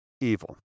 evil